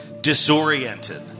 disoriented